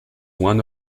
one